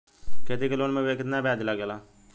खेती के लोन में कितना ब्याज लगेला?